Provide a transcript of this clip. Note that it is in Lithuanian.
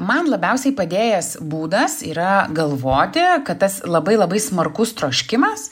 man labiausiai padėjęs būdas yra galvoti kad tas labai labai smarkus troškimas